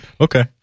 Okay